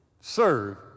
serve